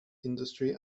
industry